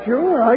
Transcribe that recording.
Sure